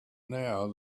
now